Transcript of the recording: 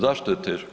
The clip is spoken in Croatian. Zašto je teško?